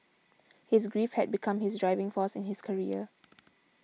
his grief had become his driving force in his career